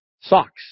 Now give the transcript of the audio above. Socks